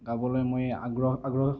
গাবলৈ মই আগ্ৰহ